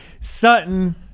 Sutton